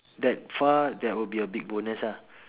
that far that will be a big bonus lah